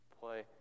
play